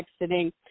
exiting